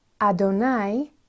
ADONAI